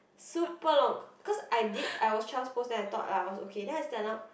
super long cause I did I was child's pose then I thought lah I was okay then I stand up